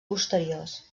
posteriors